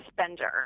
spender